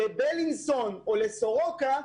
לבילינסון או לסורוקה,